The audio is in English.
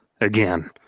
again